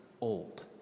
old